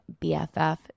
BFF